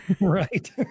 right